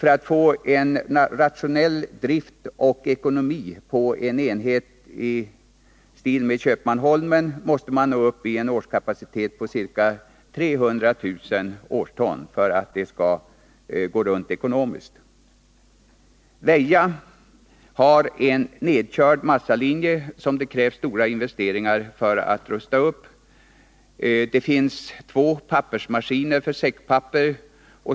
För att få en rationell drift och för att det skall gå runt ekonomiskt på en enhet som Köpmanholmen måste man nå upp i en årskapacitet på ca 300 000 ton. Väja har en nedkörd massalinje, som det krävs stora investeringar för att rusta upp. Det finns två pappersmaskiner för säckpapper.